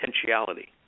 potentiality